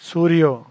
Suryo